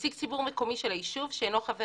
נציג ציבור מקומי של היישוב שאינו חבר